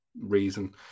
reason